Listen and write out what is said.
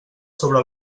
sobre